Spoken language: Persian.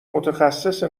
متخصص